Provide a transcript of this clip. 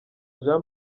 jean